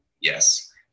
Yes